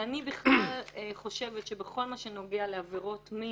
אני בכלל חושבת שבכל מה שנוגע לעבירות מין,